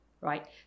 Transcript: right